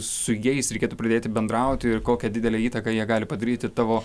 su jais reikėtų pradėti bendrauti ir kokią didelę įtaką jie gali padaryti tavo